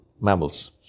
mammals